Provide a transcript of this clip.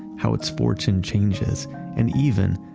how its fortune changes and even,